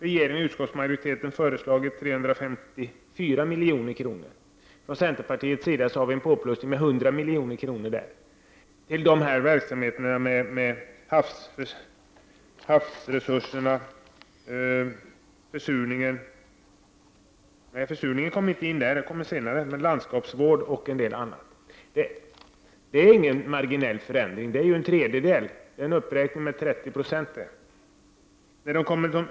Regeringen och utskottsmajoriteten har föreslagit 354 milj.kr. till naturvårdsverket. Centern vill lägga på ytterligare 100 milj.kr. till verksamheter för att förbättra havsmiljön, landskapsvården och en del annat. Det är ingen marginell förändring utan en uppräkning med 30 90 i förhållande till regeringens förslag.